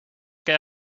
keer